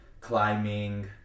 climbing